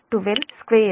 కాబట్టి 31